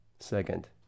second